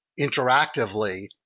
interactively